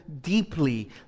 deeply